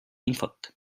infot